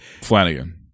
flanagan